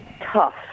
tough